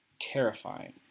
terrifying